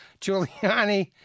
Giuliani